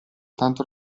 tanto